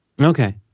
Okay